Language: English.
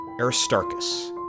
Aristarchus